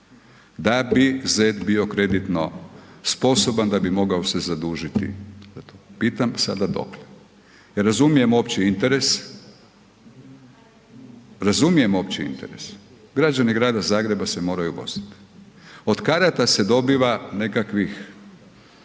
da bi Zet bio kreditno sposoban, da bi mogao se zadužiti. Pitam sada dokle? Ja razumijem opći interes, razumijem opći interes, građani grada Zagreba se moraju voziti. Od karata se dobiva nekakvih,